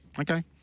Okay